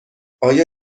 آیا